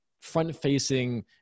front-facing